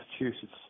Massachusetts